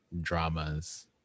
dramas